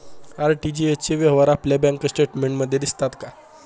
RTGS चे व्यवहार आपल्या बँक स्टेटमेंटमध्ये दिसतात का?